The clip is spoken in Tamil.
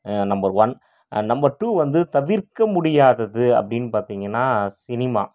நம்பர் ஒன் நம்பர் டூ வந்து தவிர்க்க முடியாதது அப்படினு பார்த்திங்கன்னா சினிமா